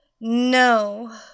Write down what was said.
No